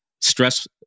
stress